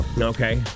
Okay